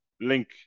link